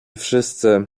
wszyscy